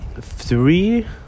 three